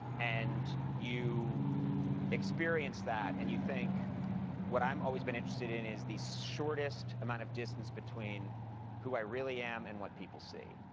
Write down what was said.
and you experience that and you think what i've always been interested in is the shortest amount of distance between who i really am and what people see.